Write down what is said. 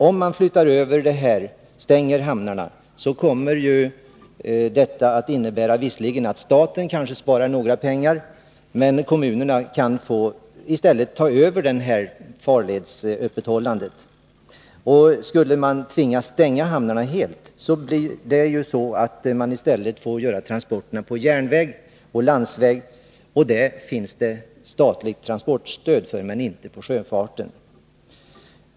Om man flyttar över detta ansvar och stänger hamnarna, innebär det visserligen att staten kanske sparar en del pengar, men kommunerna kan i stället få ta över ansvaret för öppethållandet av farlederna. Skulle man tvingas stänga hamnarna helt, måste transporterna i stället ske på järnväg och landsväg, för vilka transporter det finns statligt transportstöd. Det gäller emellertid inte för sjöfarten.